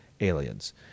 aliens